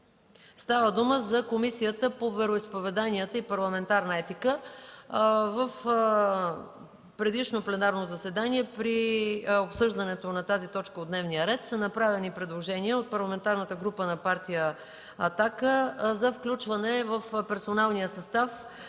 писмено за Комисията по вероизповеданията и парламентарната етика. В предишно пленарно заседание при обсъждането на тази точка от дневния ред са направени предложения от Парламентарната група на Партия „Атака” за включване в персоналния състав